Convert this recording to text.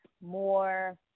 more